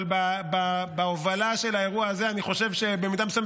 אבל בהובלה של האירוע הזה אני חושב שבמידה מסוימת